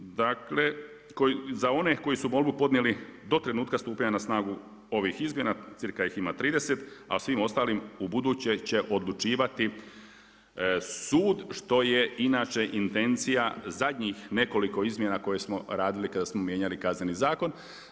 Dakle, za one koji su molbu podnijeli do trenutka stupanja na snagu ovih izmjena, cirka ih ima 30, a o svim ostalim u buduće će odlučivati sud što je inače intencija zadnjih nekoliko izmjena koje smo radili kada smo mijenjali Kazneni zakon.